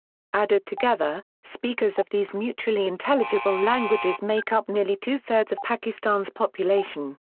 added together, speakers of these mutually-intelligible languages make up nearly two-thirds of pakistan's population.